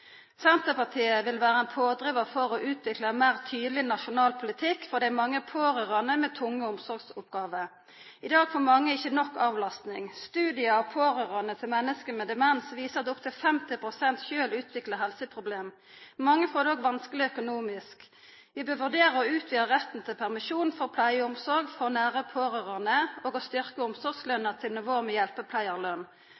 Senterpartiet vil vera ein pådrivar for å utvikla ein meir tydeleg nasjonal politikk for dei mange pårørande med tunge omsorgsoppgåver. I dag får mange ikkje nok avlastning. Studiar av pårørande til menneske med demens viser at opptil 50 pst. sjølv utviklar helseproblem. Mange får det òg vanskeleg økonomisk. Vi bør vurdera å utvida retten til permisjon for pleie og omsorg for nære pårørande og å